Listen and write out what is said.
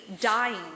dying